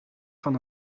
van